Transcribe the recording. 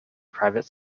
private